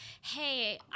hey